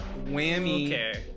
whammy